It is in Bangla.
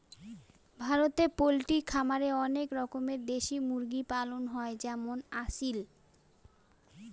ভারতে পোল্ট্রি খামারে অনেক রকমের দেশি মুরগি পালন হয় যেমন আসিল